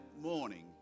morning